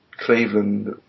Cleveland